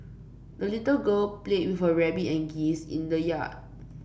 the little girl played with her rabbit and geese in the yard